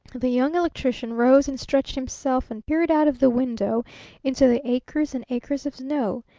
the young electrician rose and stretched himself and peered out of the window into the acres and acres of snow,